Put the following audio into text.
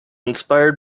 inspired